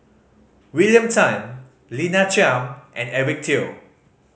William Tan Lina Chiam and Eric Teo